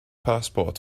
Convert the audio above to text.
passport